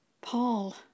Paul